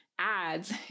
ads